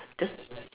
just